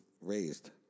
raised